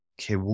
okay